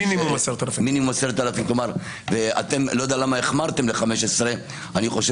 אני לא יודע למה החמרתם ל-15,000,